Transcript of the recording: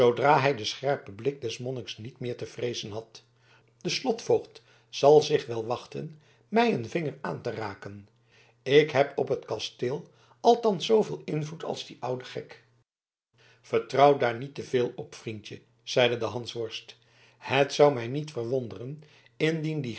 zoodra hij den scherpen blik des monniks niet meer te vreezen had de slotvoogd zal zich wel wachten mij een vinger aan te raken ik heb op het kasteel althans zooveel invloed als die oude gek vertrouw daar niet te veel op vriendje zeide de hansworst het zou mij niet verwonderen indien die